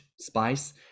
spice